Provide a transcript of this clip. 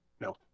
No